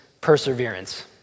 perseverance